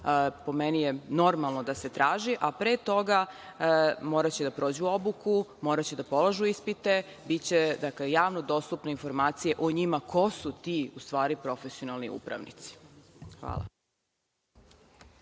po meni je normalno da se traži, a pre toga moraće da prođu obuku, moraće da polažu ispite. Biće javno dostupne informacije o njima, ko su ti profesionalni upravnici. Hvala.